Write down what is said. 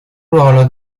ruolo